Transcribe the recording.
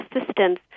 assistance